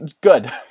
good